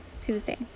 Tuesday